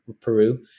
Peru